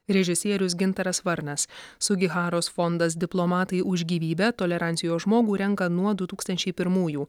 režisierius gintaras varnas sugiharos fondas diplomatai už gyvybę tolerancijos žmogų renka nuo du tūkstančiai pirmųjų